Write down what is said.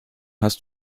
hast